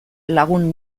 lagun